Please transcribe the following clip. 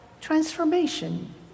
transformation